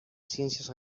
ciencias